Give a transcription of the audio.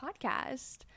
podcast